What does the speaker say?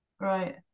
Right